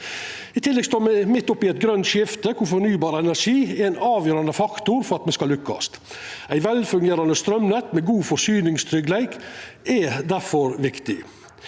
I tillegg står me midt oppe i eit grønt skifte der fornybar energi er ein avgjerande faktor for at me skal lykkast. Eit velfungerande straumnett med god forsyningstryggleik er difor viktig.